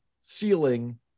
ceiling